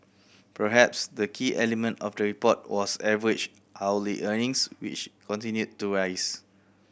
perhaps the key element of the report was average hourly earnings which continued to rise